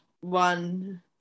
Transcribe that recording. one